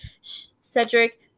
Cedric